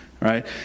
right